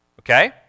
Okay